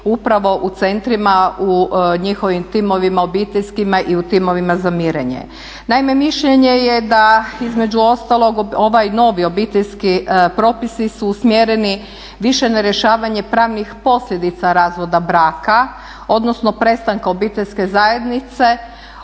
upravo u centrima u njihovim timovima obiteljskima i u timovima za mirenje. Naime, mišljenje je da između ostalog ovi novi obiteljski propisi su usmjereni više na rješavanje pravnih posljedica razvoda braka, odnosno prestanka obiteljske zajednice,